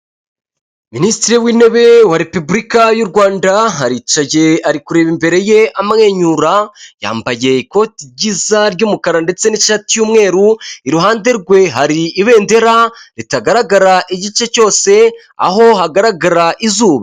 Minisitiri w'intebe wa Repubulika y'u Rwanda aricaye ari kureba imbere ye amwenyura, yambaye ikoti ryiza ry'umukara ndetse n'ishati y'umweru iruhande rwe hari ibendera ritagaragara igice cyose aho hagara izuba.